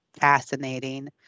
fascinating